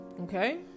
Okay